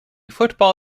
football